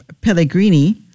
Pellegrini